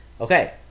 okay